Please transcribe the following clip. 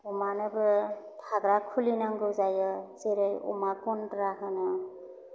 अमानोबो थाग्रा खुलि नांगौ जायो जेरै अमा गन्द्रा होनो